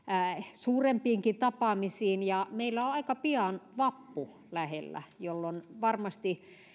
suurempiinkin tapaamisiin ja meillä on aika pian vappu lähellä jolloin varmasti